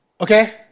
Okay